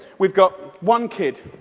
we've got one kid,